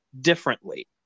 differently